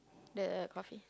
the coffee